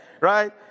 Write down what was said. right